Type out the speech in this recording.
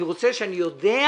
אני רוצה לדעת